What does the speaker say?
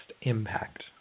impact